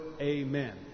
Amen